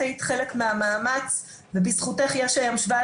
את היית חלק מהמאמץ ובזכותך יש היום 17